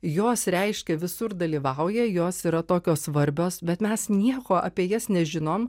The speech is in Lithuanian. jos reiškia visur dalyvauja jos yra tokios svarbios bet mes nieko apie jas nežinom